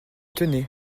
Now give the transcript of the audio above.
tenez